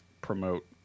promote